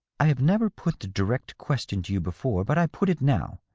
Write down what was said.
i have never put the direct question to you before, but i put it now.